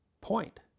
point